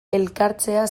elkartzea